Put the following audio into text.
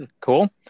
Cool